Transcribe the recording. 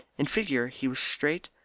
in figure he was straight,